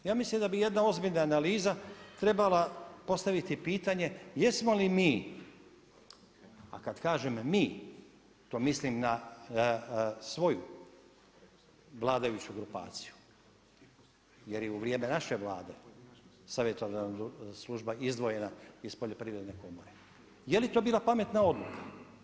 Ja mislim da bi jedna ozbiljna analiza trebala postaviti pitanje jesmo li mi, a kada kažem mi to mislim na svoju vladajuću grupaciju jer je u vrijeme naše vlade savjetodavna služba izdvojena iz Poljoprivredne komore, jeli to bila pametna odluka.